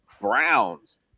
Browns